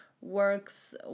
works